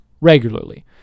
regularly